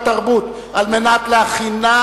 התרבות והספורט נתקבלה.